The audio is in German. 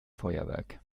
feuerwerk